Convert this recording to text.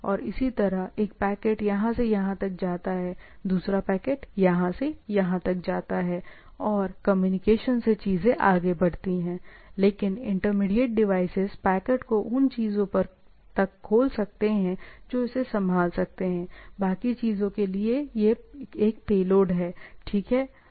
और इसी तरह एक पैकेट यहाँ से यहाँ तक जाता है दूसरा पैकेट यहाँ से यहाँ तक जाता है और कम्युनिकेशन से चीजें आगे बढ़ती हैं लेकिन इंटरमीडिएट डिवाइसेज पैकेट को उन चीजों तक खोल सकते हैं जो इसे संभाल सकते हैं बाकी चीजों के लिए एक पेलोड है ठीक है